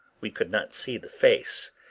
we could not see the face,